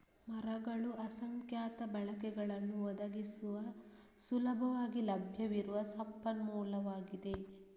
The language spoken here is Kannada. ಮರಗಳು ಅಸಂಖ್ಯಾತ ಬಳಕೆಗಳನ್ನು ಒದಗಿಸುವ ಸುಲಭವಾಗಿ ಲಭ್ಯವಿರುವ ಸಂಪನ್ಮೂಲವಾಗಿದೆ